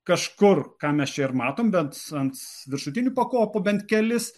kažkur ką mes čia ir matom bent ant viršutinių pakopų bent kelis